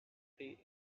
tea